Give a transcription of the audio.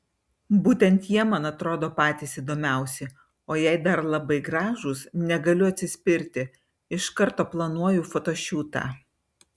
būtent jie man atrodo patys įdomiausi o jei dar labai gražūs negaliu atsispirti iš karto planuoju fotošiūtą